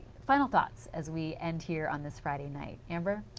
final thoughts as we end here on this friday night. amber.